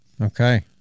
Okay